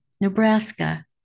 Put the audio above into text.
Nebraska